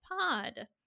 Pod